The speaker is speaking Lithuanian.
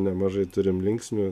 nemažai turime linksnių